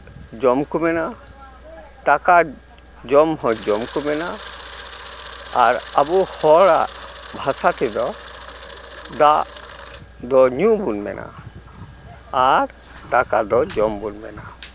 ᱦᱚᱸ ᱡᱚᱢ ᱠᱚ ᱢᱮᱱᱟ ᱫᱟᱠᱟ ᱡᱚᱢ ᱦᱚᱸ ᱡᱚᱢ ᱠᱚ ᱢᱮᱱᱟ ᱟᱨ ᱟᱵᱚ ᱦᱚᱲᱟᱜ ᱵᱷᱟᱥᱟ ᱛᱮᱫᱚ ᱫᱟᱜ ᱫᱚ ᱧᱩ ᱵᱚᱱ ᱢᱮᱱᱟ ᱟᱨ ᱫᱟᱠᱟ ᱫᱚ ᱡᱚᱢ ᱵᱚᱱ ᱢᱮᱱᱟ